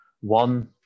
one